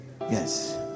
yes